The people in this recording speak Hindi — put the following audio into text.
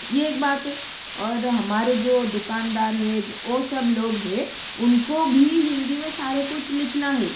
ये एक बात है और हमारे जो दुकानदार हे वो सब लोग है उनको भी हिन्दी में सारे कुछ लिखना है